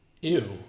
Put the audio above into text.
Ew